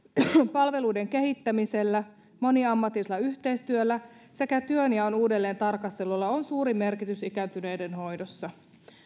palveluiden kehittämisellä moniammatillisella yhteistyöllä sekä työnjaon uudelleen tarkastelulla on suuri merkitys ikääntyneiden hoidossa